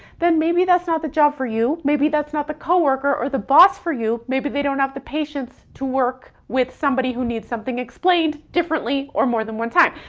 then maybe that's not the job for you. maybe that's not the coworker or the boss for you. maybe they don't have the patience to work with somebody who needs something explained differently or more than one time.